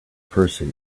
person